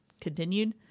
continued